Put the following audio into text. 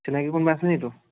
চিনাকি কোনোবা আছে নেকি তোৰ